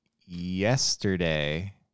yesterday